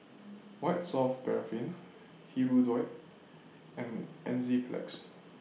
White Soft Paraffin Hirudoid and Enzyplex